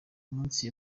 umunsi